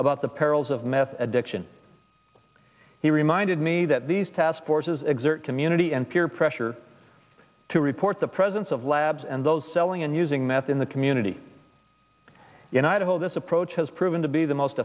about the perils of meth addiction he reminded me that these task forces exert community and peer pressure to report the presence of labs and those selling and using meth in the community in idaho this approach has proven to be the most